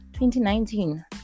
2019